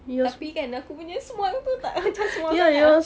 tapi kan aku punya small pun tak macam small sangat ah